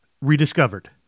rediscovered